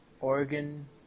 organ